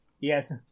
yes